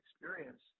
experience